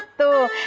the